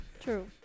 True